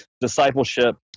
discipleship